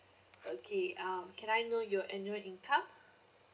okay um can I know your annual income